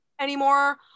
anymore